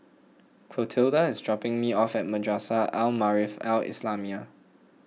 Clotilda is dropping me off at Madrasah Al Maarif Al Islamiah